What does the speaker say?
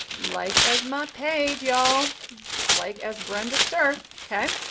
like as my page y'all like as brenda ster. okay,